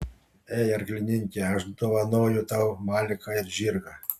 ei arklininke aš dovanoju tau maliką ir žirgą